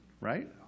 right